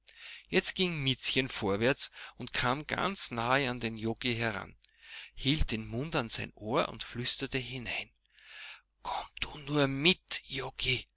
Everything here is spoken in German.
jetzt ging miezchen vorwärts und kam ganz nahe an den joggi heran hielt den mund an sein ohr und flüsterte hinein komm du nur mit